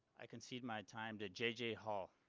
i concede my time to jj hall.